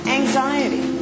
anxiety